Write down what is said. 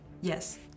Yes